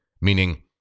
meaning